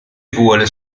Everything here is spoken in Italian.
vuole